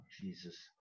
Jesus